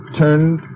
turned